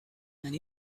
and